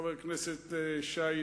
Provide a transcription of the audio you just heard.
חבר הכנסת שי,